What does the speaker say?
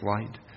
light